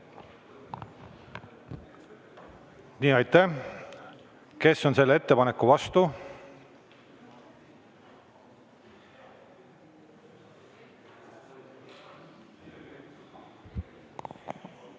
Aitäh! Kes on selle ettepaneku vastu?